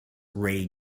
ray